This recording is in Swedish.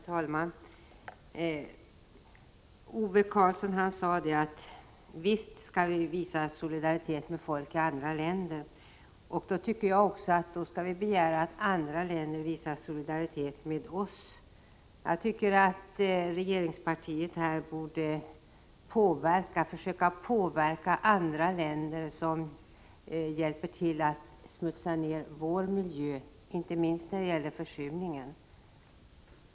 Herr talman! Ove Karlsson sade att vi skall visa solidaritet med folk i andra länder. Då tycker jag att vi också skall begära att andra länder visar solidaritet med oss. Regeringspartiet borde försöka påverka andra länder som bidrar till att smutsa ner vår miljö, och detta gäller inte minst försurningen.